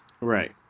Right